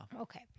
Okay